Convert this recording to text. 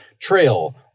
trail